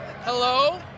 Hello